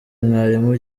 mwarimu